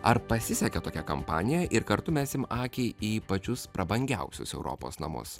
ar pasisekė tokia kampanija ir kartu mesim akį į pačius prabangiausius europos namus